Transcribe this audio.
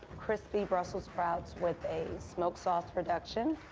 crispy brussels sprouts with a smoked sauce reduction,